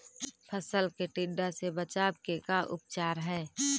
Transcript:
फ़सल के टिड्डा से बचाव के का उपचार है?